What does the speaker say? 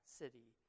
city